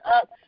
up